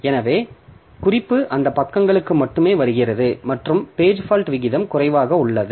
எனவே குறிப்பு அந்த பக்கங்களுக்கு மட்டுமே வருகிறது மற்றும் பேஜ் ஃபால்ட் விகிதம் குறைவாக உள்ளது